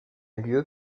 lieu